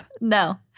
No